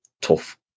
tough